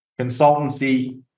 consultancy